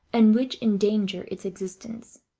and which endanger its existence.